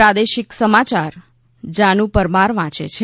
પ્રાદેશિક સમાચાર જાનુ પરમાર વાંચે છે